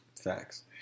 Facts